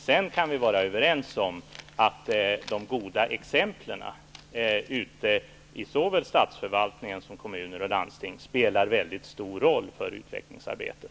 Vi kan vara överens om att de goda exemplen i såväl statsförvaltningen som i kommuner och landsting spelar en mycket stor roll för utvecklingsarbetet.